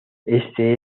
este